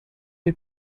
dei